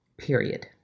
period